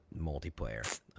multiplayer